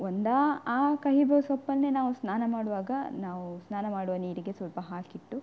ಒಂದ ಆ ಕಹಿಬೇವು ಸೊಪ್ಪನ್ನೆ ನಾವು ಸ್ನಾನ ಮಾಡುವಾಗ ನಾವು ಸ್ನಾನ ಮಾಡುವ ನೀರಿಗೆ ಸ್ವಲ್ಪ ಹಾಕಿಟ್ಟು